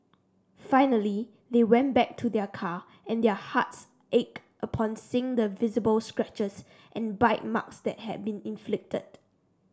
finally they went back to their car and their hearts ached upon seeing the visible scratches and bite marks that had been inflicted